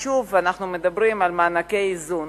ושוב אנחנו מדברים על מענקי האיזון.